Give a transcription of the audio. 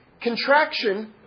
contraction